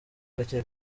gake